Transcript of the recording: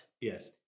Yes